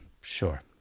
Sure